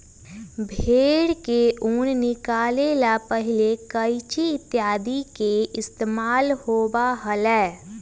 भेंड़ से ऊन निकाले ला पहले कैंची इत्यादि के इस्तेमाल होबा हलय